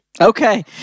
Okay